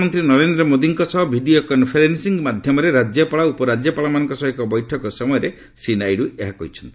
ପ୍ରଧାନମନ୍ତ୍ରୀ ନରେନ୍ଦ୍ର ମୋଦିଙ୍କ ସହ ଭିଡ଼ିଓ କନ୍ଫରେନ୍ଦିଂ ମାଧ୍ୟମରେ ରାଜ୍ୟପାଳ ଓ ଉପରାଜ୍ୟପାଳମାନଙ୍କ ସହ ଏକ ବୈଠକ ସମୟରେ ଶ୍ରୀ ନାଇଡୁ ଏହା କହିଛନ୍ତି